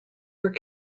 were